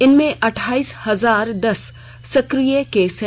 इनमें अठाइस हजार दस सक्रिय केस हैं